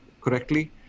correctly